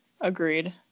Agreed